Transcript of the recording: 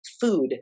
food